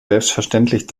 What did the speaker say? selbstverständlich